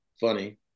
funny